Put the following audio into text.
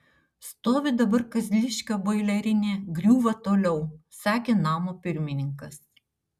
stovi dabar kazliškio boilerinė griūva toliau sakė namo pirmininkas